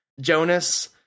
jonas